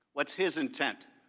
what is his intent,